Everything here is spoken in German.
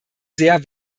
sehr